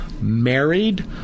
married